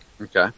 Okay